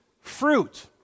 fruit